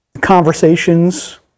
conversations